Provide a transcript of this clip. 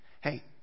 Hey